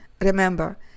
Remember